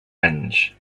anys